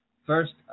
First